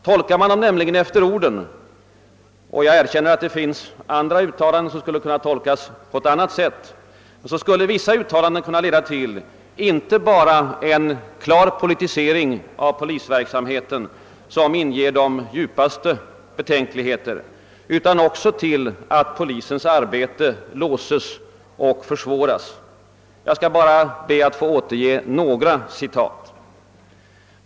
Tolkar man vissa uttalanden efter orden — jag erkänner att det finns andra uttalanden som skulle kunna tolkas på ett annat sätt — skulle de nämligen kunna leda till inte bara en klar politisering av polisverksamheten som inger de djupaste betänkligheter utan också att polisens arbete låses och försvåras. Jag skall be att få återge några citat.